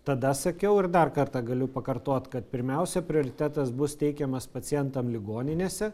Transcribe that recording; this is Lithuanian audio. tada sakiau ir dar kartą galiu pakartot kad pirmiausia prioritetas bus teikiamas pacientam ligoninėse